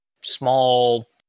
small